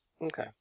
Okay